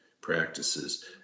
practices